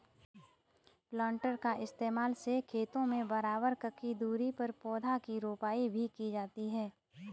planter का इस्तेमाल से खेतों में बराबर ककी दूरी पर पौधा की रोपाई भी की जाती है